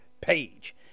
page